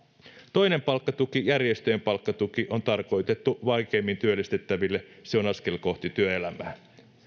toinen palkkatuki järjestöjen palkkatuki on tarkoitettu vaikeimmin työllistettäville se on askel kohti työelämää